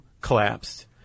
collapsed